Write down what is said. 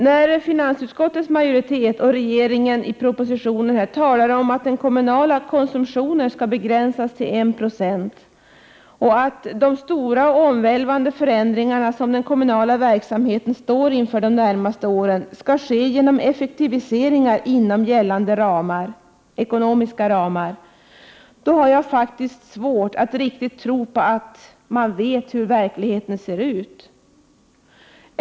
När regeringen i propositionen och finansutskottets majoritet i betänkandet talar om att den kommunala konsumtionen skall begränsas till I 26 och att de stora och omvälvande förändringar som den kommunala verksamheten står inför de närmaste åren skall ske genom effektiviseringar inom gällande ekonomiska ramar, har jag faktiskt svårt att riktigt tro på att man vet hur verkligheten ser ut.